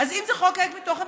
אז אם זה חוק ריק מתוכן,